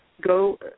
go